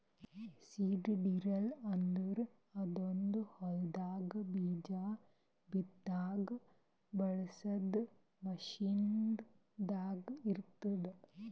seed drill ಅಂದುರ್ ಅದೊಂದ್ ಹೊಲದಾಗ್ ಬೀಜ ಬಿತ್ತಾಗ್ ಬಳಸ ಮಷೀನ್ ದಾಗ್ ಇರ್ತ್ತುದ